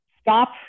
stop